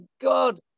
God